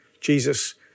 Jesus